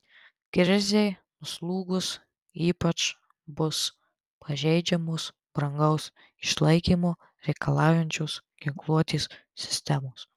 krizei nuslūgus ypač bus pažeidžiamos brangaus išlaikymo reikalaujančios ginkluotės sistemos